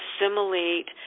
assimilate